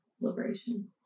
liberation